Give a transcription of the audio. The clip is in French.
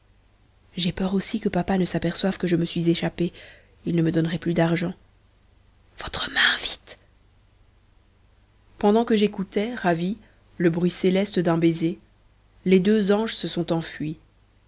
j'ai peur aussi que papa ne s'aperçoive que je me suis échappé il ne me donnerait plus d'argent votre main vite pendant que j'écoutais ravi le bruit céleste d'un baiser les deux anges se sont enfuis